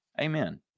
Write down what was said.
Amen